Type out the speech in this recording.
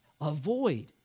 Avoid